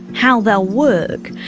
how they'll work?